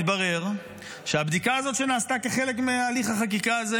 התברר שהבדיקה הזאת שנעשתה כחלק מהליך החקיקה הזה